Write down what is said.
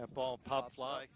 a ball pop fly